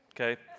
okay